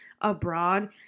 abroad